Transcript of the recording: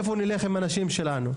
לאיפה נלך עם הנשים שלנו?